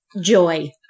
joy